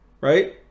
right